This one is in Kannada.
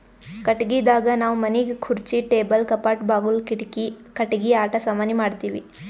ಕಟ್ಟಿಗಿದಾಗ್ ನಾವ್ ಮನಿಗ್ ಖುರ್ಚಿ ಟೇಬಲ್ ಕಪಾಟ್ ಬಾಗುಲ್ ಕಿಡಿಕಿ ಕಟ್ಟಿಗಿ ಆಟ ಸಾಮಾನಿ ಮಾಡ್ತೀವಿ